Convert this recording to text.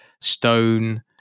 Stone